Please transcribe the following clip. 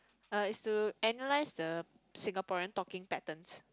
uh it's to analyse the Singaporean talking patterns